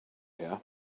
here